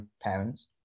parents